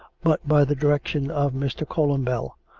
but by the direction of mr. columbell,